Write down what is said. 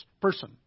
person